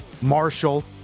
Marshall